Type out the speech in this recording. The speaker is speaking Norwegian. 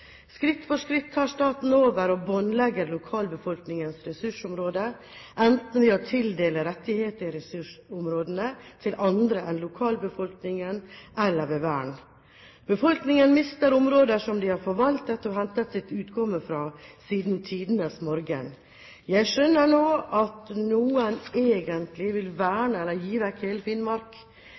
Skritt for skritt tar staten over og båndlegger lokalbefolkningens ressursområder, enten ved å tildele rettigheter i ressursområdene til andre enn lokalbefolkningen eller ved vern. Befolkningen mister områder som de har forvaltet og hentet sitt utkomme fra siden tidenes morgen. Jeg skjønner nå at noen egentlig vil verne eller gi vekk hele Finnmark,